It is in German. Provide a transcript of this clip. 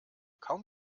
kaum